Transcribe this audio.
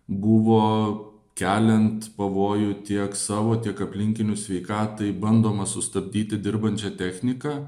buvo keliant pavojų tiek savo tiek aplinkinių sveikatai bandoma sustabdyti dirbančią techniką